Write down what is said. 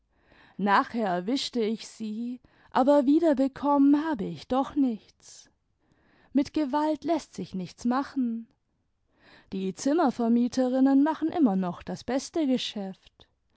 nachher erwischte ich sie aber wiederbekommen habe ich doch nichts mit gewalt läßt sich nichts machen die zimmervermieterinnen machen immer noch das beste geschäft